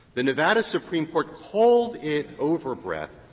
the nevada supreme court called it overbreadth,